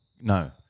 No